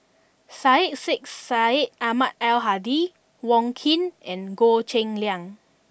Syed Sheikh Syed Ahmad Al Hadi Wong Keen and Goh Cheng Liang